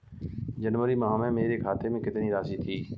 जनवरी माह में मेरे खाते में कितनी राशि थी?